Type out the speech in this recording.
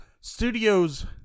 studios